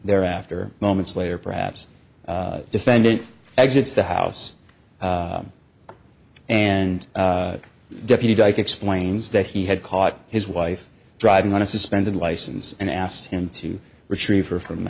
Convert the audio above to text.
thereafter moments later perhaps a defendant exits the house and the deputy dyke explains that he had caught his wife driving on a suspended license and asked him to retrieve her from the